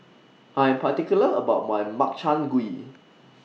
I Am particular about My Makchang Gui